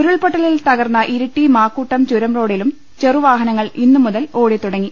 ഉരുൾപൊട്ടലിൽ തകർന്ന ഇരിട്ടി മാക്കൂട്ടം ചുരം റോഡിലും ചെറുവാഹനങ്ങൾ ഇന്നുമുതൽ ഓടിത്തുട ങ്ങി